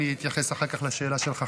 ואחר כך לשאלה שלך,